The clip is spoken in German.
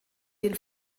den